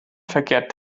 verkehrt